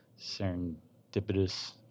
serendipitous